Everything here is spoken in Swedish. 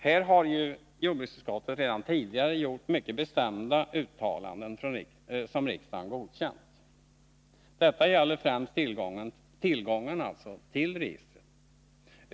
Här har jordbruksutskottet redan tidigare gjort mycket bestämda uttalanden som riksdagen godkänt. Detta gäller främst tillgången till registret.